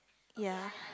ya